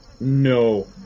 No